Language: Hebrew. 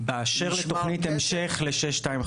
באשר לתוכנית המשך ל-625,